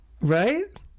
Right